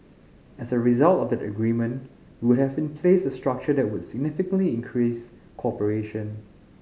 as a result of that agreement we would have in place a structure that would significantly increase cooperation